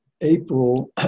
April